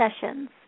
sessions